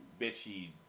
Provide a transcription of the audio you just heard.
bitchy